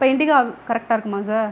அப்போ இண்டிகா கரெக்டாக இருக்குமா சார்